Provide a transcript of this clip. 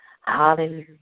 Hallelujah